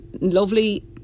lovely